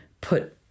put